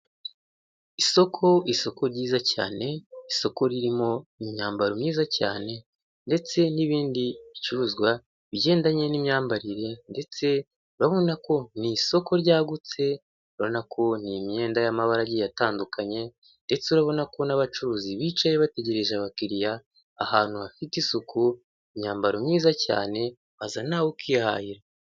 Isoko isoko ryiza cyane. Isoko ririmo imyambaro myiza cyane, ndetse n'ibindi bicuruzwa bigendanye n'imyambarire, ndetse urabona ko ni isoko ryagutse, urabona ko imyenda y'amabara atandukanye, ndetse urabona ko n'abacuruzi bicaye bategereje abakiriya ahantu hafite isuku imyambaro myiza cyane baza nawe ukihara.